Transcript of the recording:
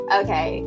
okay